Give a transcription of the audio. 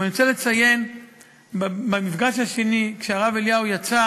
ואני רוצה לציין שבמפגש השני, כשהרב אליהו יצא